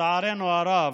לצערנו הרב,